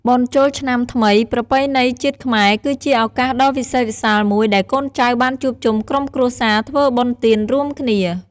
បុណ្យចូលឆ្នាំថ្មីប្រពៃណីជាតិខ្មែរ គឺជាឱកាសដ៏វិសេសវិសាលមួយដែលកូនចៅបានជួបជុំក្រុមគ្រួសារ ធ្វើបុណ្យទានរួមគ្នា។